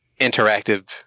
interactive